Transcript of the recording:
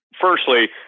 Firstly